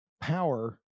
power